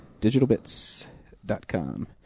DigitalBits.com